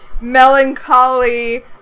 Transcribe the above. melancholy